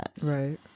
Right